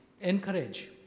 encourage